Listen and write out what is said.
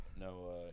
No